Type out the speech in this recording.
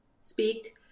speak